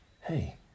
Hey